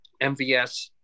MVS